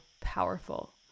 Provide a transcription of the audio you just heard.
powerful